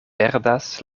perdas